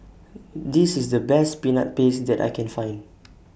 This IS The Best Peanut Paste that I Can Find